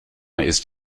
ist